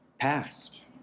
past